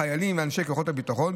חיילים ואנשי כוחות הביטחון.